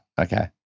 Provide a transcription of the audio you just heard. okay